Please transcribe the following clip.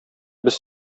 без